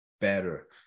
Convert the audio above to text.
better